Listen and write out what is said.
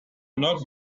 not